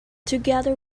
together